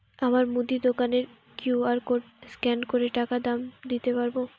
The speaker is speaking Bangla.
আমার মুদি দোকানের কিউ.আর কোড স্ক্যান করে টাকা দাম দিতে পারব?